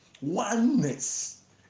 Oneness